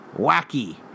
Wacky